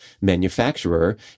manufacturer